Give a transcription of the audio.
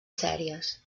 sèries